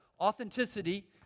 Authenticity